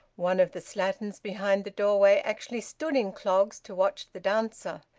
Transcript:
one of the slatterns behind the doorway actually stood in clogs to watch the dancer.